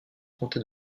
comté